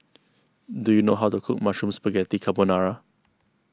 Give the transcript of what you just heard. do you know how to cook Mushroom Spaghetti Carbonara